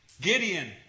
Gideon